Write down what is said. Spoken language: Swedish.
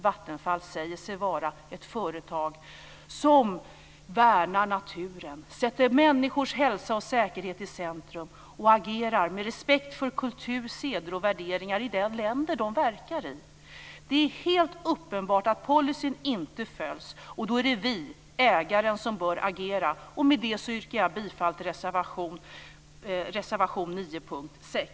Vattenfall säger sig vara ett företag som värnar naturen, sätter människors hälsa och säkerhet i centrum och agerar med respekt för kultur, seder och värderingar i de länder man verkar i. Det är helt uppenbart att policyn inte följs, och då är det vi - ägaren - som bör agera. Med det yrkar jag bifall till reservation 9 under punkt 6.